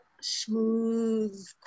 smooth